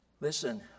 Listen